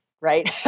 right